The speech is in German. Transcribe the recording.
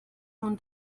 nun